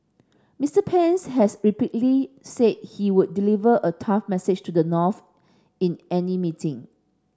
Mister Pence has repeatedly said he would deliver a tough message to the North in any meeting